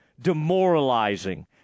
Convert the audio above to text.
demoralizing